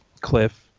cliff